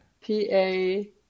P-A